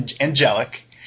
angelic